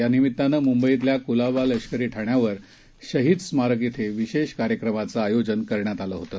या निमित्तानं मुंबईतला क्लाबा लष्करी ठाण्यावर शहीद स्मारक इथे विशेष कार्यक्रमाचं आयोजन करण्यात आलं होतं